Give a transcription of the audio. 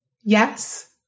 Yes